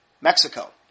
Mexico